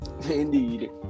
Indeed